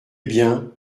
bien